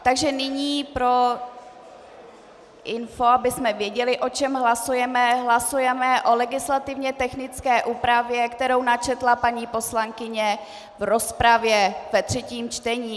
Takže nyní pro info, abychom věděli, o čem hlasujeme, hlasujeme o legislativně technické úpravě, kterou načetla paní poslankyně v rozpravě ve třetím čtení.